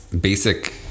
basic